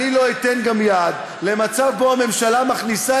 אני גם לא אתן יד למצב שבו הממשלה מכניסה